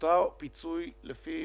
אותו פיצוי לפיו